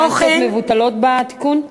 אז הסנקציות מבוטלות בתיקון?